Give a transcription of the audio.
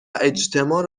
اجتماع